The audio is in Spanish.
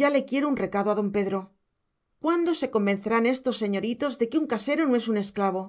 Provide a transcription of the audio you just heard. ya le quiero un recado a don pedro cuándo se convencerán estos señoritos de que un casero no es un esclavo